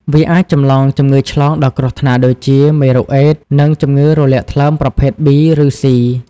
វាអាចចម្លងជំងឺឆ្លងដ៏គ្រោះថ្នាក់ដូចជា មេរោគអេដស៍ និងជំងឺរលាកថ្លើមប្រភេទ ប៊ី ឬស៊ី។